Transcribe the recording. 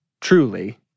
truly